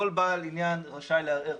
כל בעל עניין רשאי לערער.